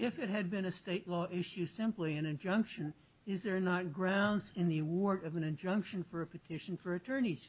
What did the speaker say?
it had been a state law issue simply an injunction is or not grounds in the war of an injunction for a petition for attorneys